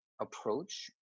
approach